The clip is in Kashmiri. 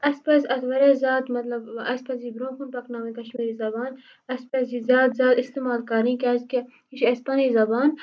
اَسہِ پَزِ اَتھ واریاہ زیادٕ مطلب اَسہِ پَزِ یہِ برونہہ کُن پکناوٕنۍ کشمیری زبان اَسہِ پَزِ یہِ زیادٕ زیادٕ استعمال کَرٕنۍ کیازِ کہِ یہِ چھِ اَسہِ پَنٕنۍ زبان